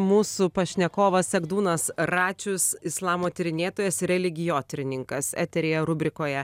mūsų pašnekovas egdūnas račius islamo tyrinėtojas religijotyrininkas eteryje rubrikoje